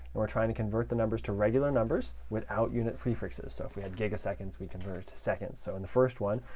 we're trying to convert the numbers to regular numbers without unit prefixes. so if we had gigaseconds, we'd convert it to seconds. so in the first one,